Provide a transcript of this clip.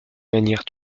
manière